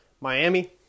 Miami